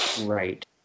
Right